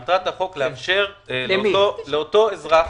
מטרת החוק לאפשר לאותו אזרח